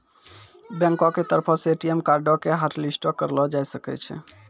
बैंको के तरफो से ए.टी.एम कार्डो के हाटलिस्टो करलो जाय सकै छै